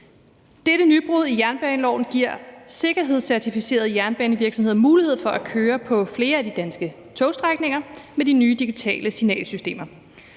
Dette nybrud i jernbaneloven giver sikkerhedscertificerede jernbanevirksomheder mulighed for at køre på flere af de danske togstrækninger med de nye digitale signalsystemer.